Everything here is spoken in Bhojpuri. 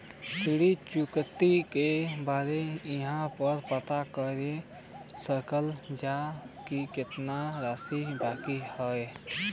ऋण चुकौती के बारे इहाँ पर पता कर सकीला जा कि कितना राशि बाकी हैं?